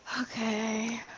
Okay